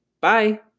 Bye